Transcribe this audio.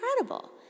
incredible